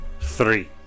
three